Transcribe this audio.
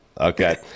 Okay